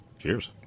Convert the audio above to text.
Cheers